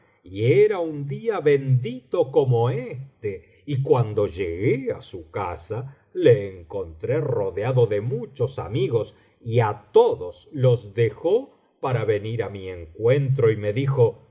y era un día bendito como éste y cuando llegué á su casa le encontré rodeado de muchos amigos y á todos los dejó para venir á mi encuentro y me dijo